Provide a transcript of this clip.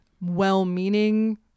well-meaning